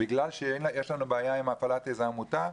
בגלל שיש להם בעיה עם הפעלת עמותה?